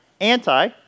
anti